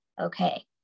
okay